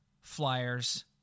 Flyers